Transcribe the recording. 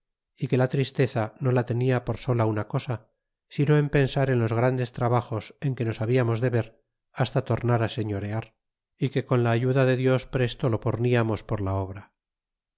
paz que la tristeza no la tenia por sola una cosa sino en pensar en los grandes trabajos en que nos hablamos de ver hasta tornar señorear y que con la ayuda de dios presto lo porniamos por la obra